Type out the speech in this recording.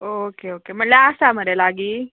okay okay म्हणल्यार आसा मरे लागी